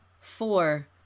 Four